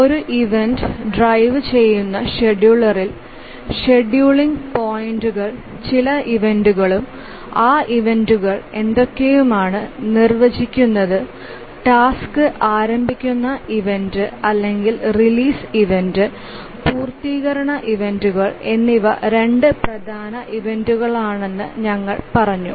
ഒരു ഇവന്റ് ഡ്രൈവുചെയ്യുന്ന ഷെഡ്യൂളറിൽ ഷെഡ്യൂളിംഗ് പോയിന്റുകൾ ചില ഇവന്റുകളും ആ ഇവന്റുകൾ എന്തൊക്കെയുമാണ് നിർവചിച്ചിരിക്കുന്നത് ടാസ്ക് ആരംഭിക്കുന്ന ഇവന്റ് അല്ലെങ്കിൽ റിലീസ് ഇവന്റ് പൂർത്തീകരണ ഇവന്റുകൾ എന്നിവ രണ്ട് പ്രധാന ഇവന്റുകളാണെന്ന് ഞങ്ങൾ പറഞ്ഞു